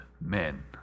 men